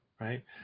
Right